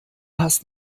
hast